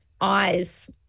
eyes